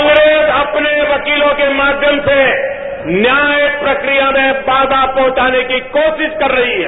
कांग्रेस अपने वकीलों के माध्यम से न्याय प्रक्रिया में बाधा पहचाने की कोशिया कर रही है